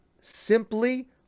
simply